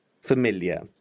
familiar